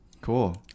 cool